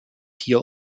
hier